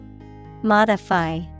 Modify